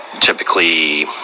typically